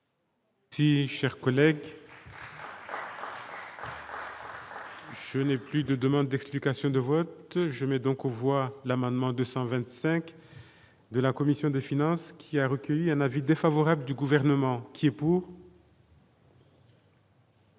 Si chers collègues. Je n'ai plus de demandes d'explications de vote, je n'ai donc on voit l'amendement 225 de la commission des finances, qui a recueilli un avis défavorable du gouvernement qui est pour.